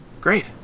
Great